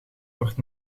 wordt